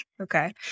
Okay